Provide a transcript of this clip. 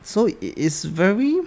so it is very